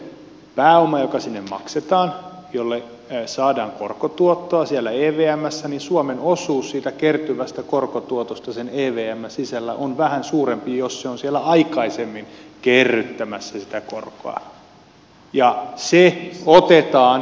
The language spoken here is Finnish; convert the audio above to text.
silloin sille pääomalle joka sinne maksetaan saadaan korkotuottoa siellä evmssä ja suomen osuus siitä kertyvästä korkotuotosta sen evmn sisällä on vähän suurempi jos se on siellä aikaisemmin kerryttämässä sitä korkoa